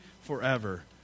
forever